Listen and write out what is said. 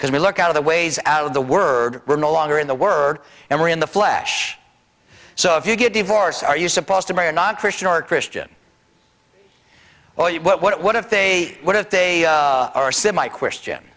because we look out of the ways out of the word we're no longer in the word and we're in the flesh so if you get divorced are you supposed to marry a non christian or christian or you what if they what if they are similar question